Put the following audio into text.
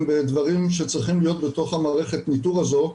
בדברים שצריכים להיות בתוך המערכת ניטור הזו.